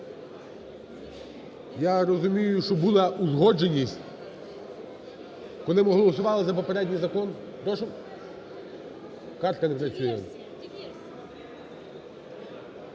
Я розумію, що була узгодженість, коли ми голосували за попередній закон….